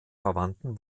verwandten